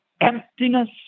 emptiness